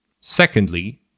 Secondly